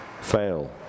fail